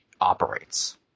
operates